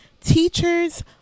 Teachers